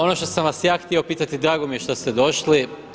Ono što sam vas ja htio pitati drago mi je što ste došli.